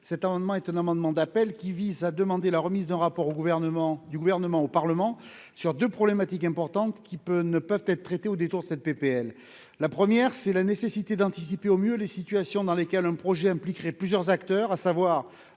Redon-Sarrazy. Cet amendement d'appel vise à demander la remise d'un rapport par le Gouvernement au Parlement sur deux problématiques importantes qui ne peuvent pas être traitées au détour de la présente proposition de loi. La première est la nécessité d'anticiper au mieux les situations dans lesquelles un projet impliquerait plusieurs acteurs, à savoir